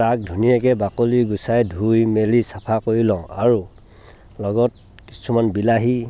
তাক ধুনীয়াকৈ ধুই বাকলি গুচাই চাফা কৰি লওঁ আৰু লগত কিছুমান বিলাহী